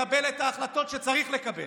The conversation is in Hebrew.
לקבל את ההחלטות שצריך לקבל,